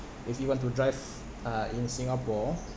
if you want to drive uh in singapore